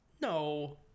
No